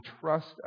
trust